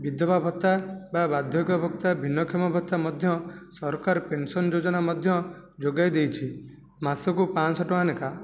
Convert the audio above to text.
ବିଧବା ଭତ୍ତା ବା ବାର୍ଦ୍ଧକ୍ୟ ଭତ୍ତା ଭିନ୍ନକ୍ଷମ ଭତ୍ତା ମଧ୍ୟ ସରକାର ପେନସନ୍ ଯୋଜନା ମଧ୍ୟ ଯୋଗାଇଦେଇଛି ମାସକୁ ପାଞ୍ଚଶହ ଟଙ୍କା ଲେଖାଏଁ